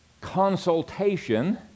consultation